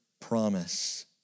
promise